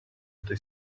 эта